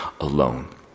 alone